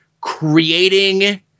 creating